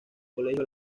colegio